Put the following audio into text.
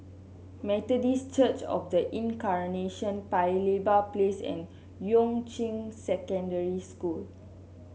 Methodist Church Of The Incarnation Paya Lebar Place and Yuan Ching Secondary School